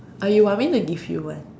or you want me to give you one